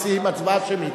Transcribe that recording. רוצים הצבעה שמית,